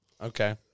Okay